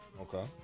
Okay